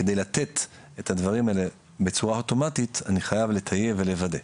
כדי לתת את הדברים האלה בצורה אוטומטית אני חייב לטייב ולוודא.